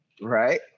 Right